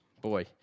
Boy